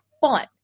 fun